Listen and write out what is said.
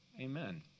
Amen